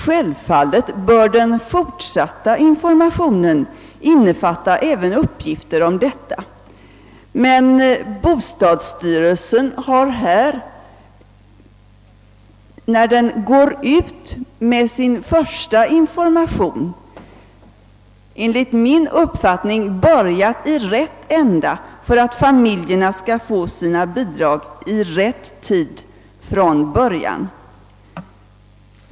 Självfallet bör den fortsatta informationen även innefatta uppgifter om detta, men bostadsstyrelsen har när den gått ut med sin första information enligt min mening börjat i rätt ände för att tillse att barnfamiljerna skall få ut sina bidrag redan från början.